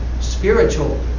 spiritual